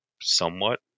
somewhat